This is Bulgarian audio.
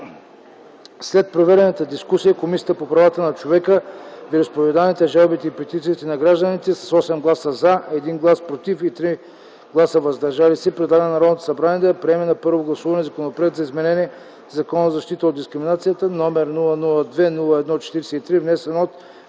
След проведената дискусия Комисията по правата на човека, вероизповеданията, жалбите и петициите на гражданите с 8 гласа „за”, 1 глас „против” и 3 гласа „въздържали се” предлага на Народното събрание да приеме на първо гласуване Законопроект за изменение на Закона за защита от дискриминация, № 002-01-43, внесен от